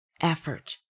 effort